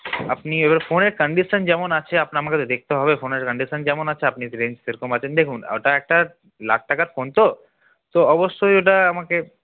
আপনি এবার ফোনের কান্ডিশন যেমন আছে আপনার আমাকে তো দেখতে হবে ফোনের কান্ডিশন যেমন আছে আপনি রেঞ্জ সেরকম আছে দেখুন ওটা একটা লাখ টাকার ফোন তো তো অবশ্যই ওটা আমাকে